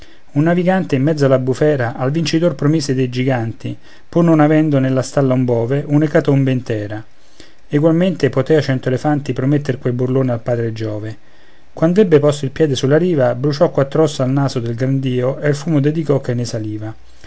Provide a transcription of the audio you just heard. un navigante in mezzo alla bufera al vincitor promise dei giganti pur non avendo nella stalla un bove un'ecatombe intera egualmente potea cento elefanti prometter quel burlone al padre giove quand'ebbe posto il piede sulla riva bruciò quattr'ossa al naso del gran dio e il fumo dedicò che ne saliva